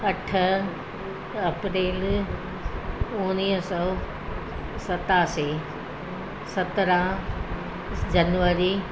अठ अप्रेल उणिवीह सौ सतासी सत्रहं जनवरी